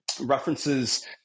references